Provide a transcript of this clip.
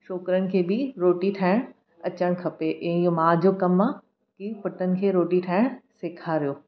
छोकिरनि खे बि रोटी ठाहिण अचणु खपे इअं माउ जो कमु आहे कि पुटनि खे रोटी ठाहिणु सेखारियो